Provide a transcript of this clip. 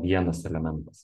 vienas elementas